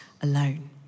alone